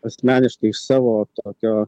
asmeniškai iš savo tokio